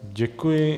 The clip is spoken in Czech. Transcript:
Děkuji.